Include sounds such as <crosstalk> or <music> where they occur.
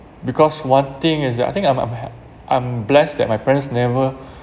because one thing is that I think I'm I'm hap~ I'm blessed that my parents never <breath>